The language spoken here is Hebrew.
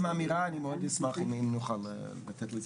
אשמח אם נצא עם אמירה.